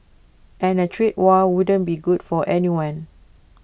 and A trade war wouldn't be good for anyone